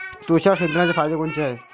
तुषार सिंचनाचे फायदे कोनचे हाये?